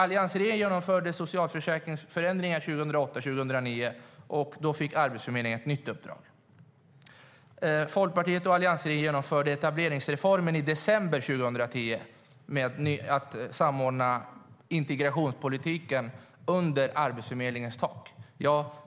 Alliansregeringen genomförde socialförsäkringsförändringar 2008-2009, och då fick Arbetsförmedlingen ett nytt uppdrag. Folkpartiet och alliansregeringen genomförde i december 2010 etableringsreformen som innebar en samordning av integrationspolitiken under Arbetsförmedlingens tak.